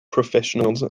professionals